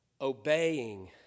obeying